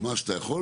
ממש אתה יכול